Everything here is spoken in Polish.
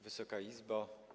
Wysoka Izbo!